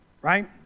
right